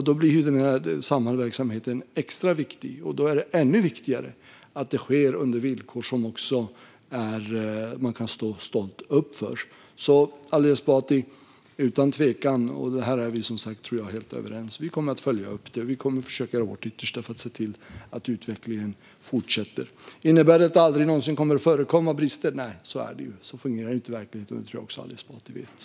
Då blir Samhalls verksamhet extra viktig, och då blir det ännu viktigare att den sker under villkor som man stolt kan stå upp för. Utan tvekan är Ali Esbati och jag här helt överens. Vi kommer att följa upp detta och försöka göra vårt yttersta för att se till att utvecklingen fortsätter. Innebär det att det aldrig någonsin kommer att förekomma brister? Nej. Så fungerar inte verkligheten. Det tror jag att också Ali Esbati vet.